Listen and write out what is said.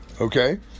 Okay